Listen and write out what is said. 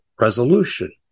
resolution